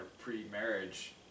pre-marriage